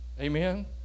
amen